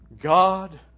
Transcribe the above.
God